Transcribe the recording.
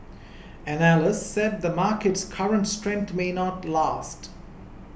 analysts said the market's current strength may not last